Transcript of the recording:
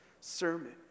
sermon